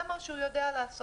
זה מה שהוא יודע לעשות.